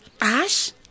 Ash